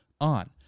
on